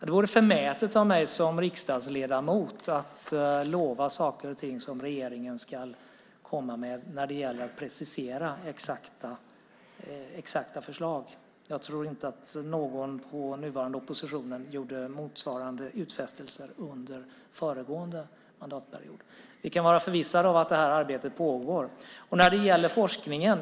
Det vore förmätet av mig som riksdagsledamot att lova saker och ting som regeringen ska komma med när det gäller att precisera exakta förslag. Jag tror inte att någon i den nuvarande oppositionen gjorde motsvarande utfästelser under föregående mandatperiod. Vi kan vara förvissade om att det arbetet pågår. Sedan gäller det forskningen.